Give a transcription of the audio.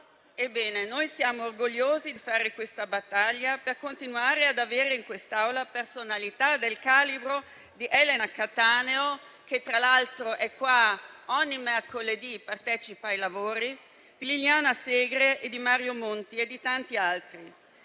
Ebbene, noi siamo orgogliosi di fare questa battaglia per continuare ad avere in quest'Aula personalità del calibro di Elena Cattaneo - che tra l'altro è presente ogni mercoledì e partecipa ai lavori - di Liliana Segre, di Mario Monti e di tanti altri.